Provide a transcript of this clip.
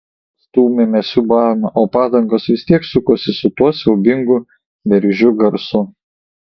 stūmėme siūbavome o padangos vis tiek sukosi su tuo siaubingu bergždžiu garsu